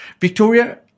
Victoria